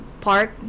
park